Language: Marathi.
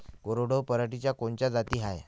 कोरडवाहू पराटीच्या कोनच्या जाती हाये?